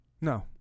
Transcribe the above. No